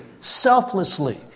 selflessly